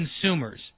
consumers